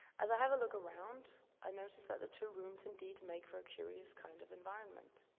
as i have a look around, i notice that the two rooms indeed make for a curious kind of environment.